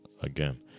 again